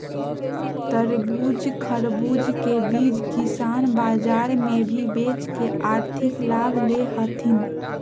तरबूज, खरबूज के बीज किसान बाजार मे भी बेच के आर्थिक लाभ ले हथीन